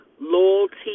loyalty